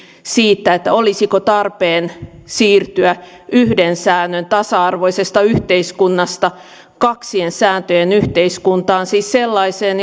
siitä olisiko tarpeen siirtyä yhden säännön tasa arvoisesta yhteiskunnasta kaksien sääntöjen yhteiskuntaan siis sellaiseen